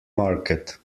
market